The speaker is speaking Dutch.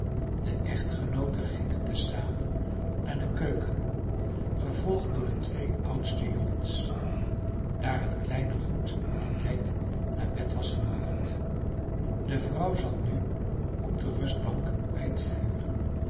de echtgenooten gingen te zamen naar de keuken gevolgd door de twee oudste jongens daar het kleine goed in dien tijd naar bed was gebracht de vrouw zat nu op de rustbank bij het vuur